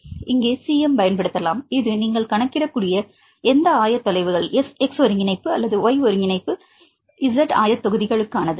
எனவே இங்கே Cm பயன்படுத்தலாம் இது நீங்கள் கணக்கிடக்கூடிய எந்த ஆயத்தொலைவுகள் x ஒருங்கிணைப்பு அல்லது y ஒருங்கிணைப்பு z ஆயத்தொகுதிகளுக்கானது